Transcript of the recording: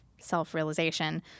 self-realization